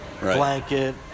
blanket